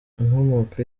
inkomoko